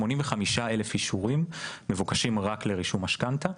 85 אלף אישורים מבוקשים רק לרישום משכנתא.